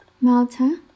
Malta